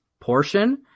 portion